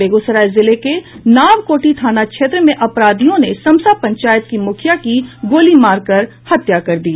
बेगूसराय जिले के नावकोठी थाना क्षेत्र में अपराधियों ने समसा पंचायत की मुखिया की गोली मारकर हत्या कर दी